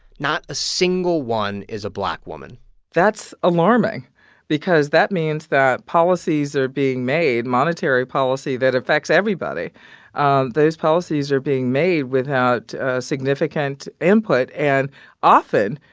not a single one is a black woman that's alarming because that means that policies are being made monetary policy that affects everybody um those policies are being made without significant input. and often,